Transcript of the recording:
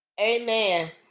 Amen